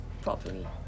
properly